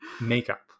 makeup